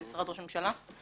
משרד ראש הממשלה.